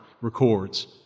records